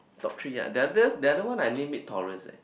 top three ah the other the other one I name it Tores eh